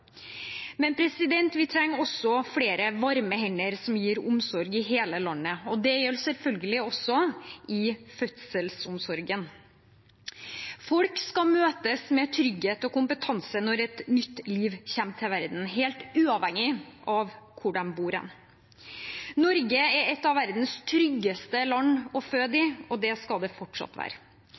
Men vi trenger også flere varme hender som gir omsorg i hele landet, og det gjelder selvfølgelig også i fødselsomsorgen. Folk skal bli møtt med trygghet og kompetanse når et nytt liv kommer til verden, helt uavhengig av hvor man bor. Norge er et av verdens tryggeste land å føde i, og det skal det fortsatt være.